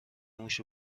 موش